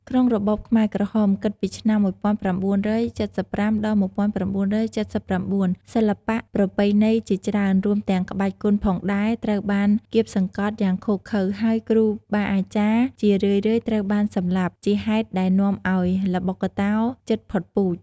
ក្នុងរបបខ្មែរក្រហម គិតពីឆ្នាំ ១៩៧៥ ដល់ ១៩៧៩ សិល្បៈប្រពៃណីជាច្រើន រួមទាំងក្បាច់គុនផងដែរ ត្រូវបានគាបសង្កត់យ៉ាងឃោរឃៅ ហើយគ្រូបាអាចារ្យជារឿយៗត្រូវបានសម្លាប់ ជាហេតុដែលនាំឱ្យល្បុក្កតោជិតផុតពូជ។